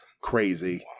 crazy